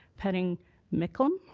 penning mickolm.